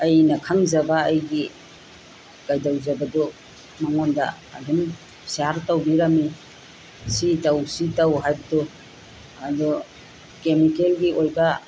ꯑꯩꯅ ꯈꯪꯖꯕ ꯑꯩꯒꯤ ꯀꯩꯗꯧꯖꯕꯗꯨ ꯃꯉꯣꯟꯗ ꯑꯗꯨꯝ ꯁꯤꯌꯥꯔ ꯇꯧꯕꯤꯔꯝꯃꯤ ꯁꯤ ꯇꯧ ꯁꯤ ꯇꯧ ꯍꯥꯏꯕꯗꯨ ꯑꯗꯣ ꯀꯦꯃꯤꯀꯦꯜꯒꯤ ꯑꯣꯏꯕ